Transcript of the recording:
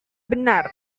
benar